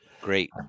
Great